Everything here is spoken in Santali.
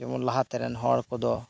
ᱡᱮᱢᱚᱱ ᱞᱟᱦᱟ ᱛᱮ ᱨᱮᱱ ᱦᱚᱲ ᱠᱚᱫᱚ